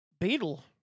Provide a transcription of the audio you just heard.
Beetle